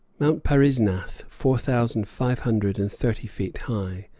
mount parisnath, four thousand five hundred and thirty feet high,